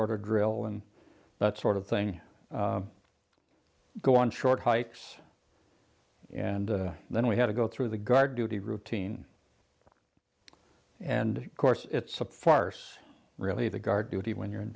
order drill and that sort of thing go on short hikes and then we had to go through the guard duty routine and course it's a farce really the guard duty when you're in